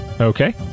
Okay